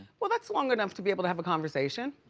well that's long enough to be able to have a conversation.